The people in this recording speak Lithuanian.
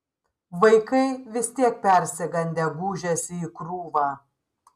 vaikai vis tiek persigandę gūžėsi į krūvą